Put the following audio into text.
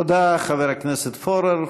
תודה, חבר הכנסת פורר.